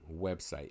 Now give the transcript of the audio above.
website